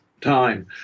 time